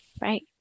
Right